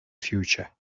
future